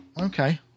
Okay